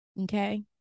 okay